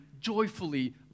joyfully